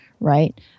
right